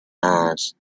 mars